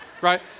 right